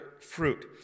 fruit